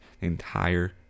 entire